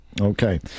Okay